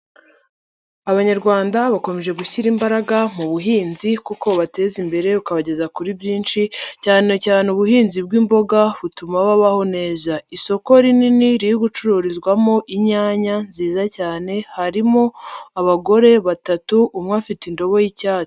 Abanyarwanda bakomeje gushyira imbaraga mu buhinzi kuko bubateza imbere bukabageza kuri byinshi cyanecyane ubuhinzi bw'imboga butuma babaho neza. Isoko rinini riri gucururizwamo inyanya nziza cyane harimo abagore batatu umwe afite indobo y'icyatsi.